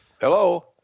Hello